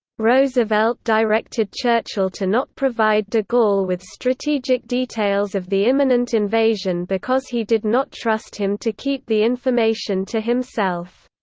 roosevelt directed churchill to not provide de gaulle with strategic details of the imminent invasion because he did not trust him to keep the information to himself.